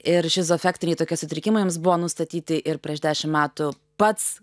ir šizoafektiniai tokie sutrikimai jums buvo nustatyti ir prieš dešim metų pats